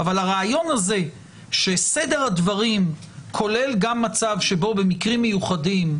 אבל הרעיון הזה שסדר הדברים כולל גם מצב שבו במקרים מיוחדים,